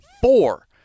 four